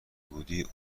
بودی